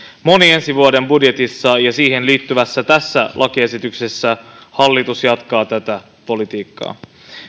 ensi vuoden budjetissa ja tässä siihen liittyvässä lakiesityksessä hallitus jatkaa tätä politiikkaa